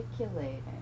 articulating